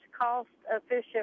cost-efficient